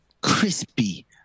crispy